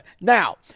Now